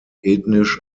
ethnisch